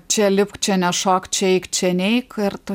čia lipk čia ne nešok čia eik čia neik ir tas